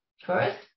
First